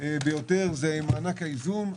ביותר היא מענקי האיזון,